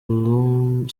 salome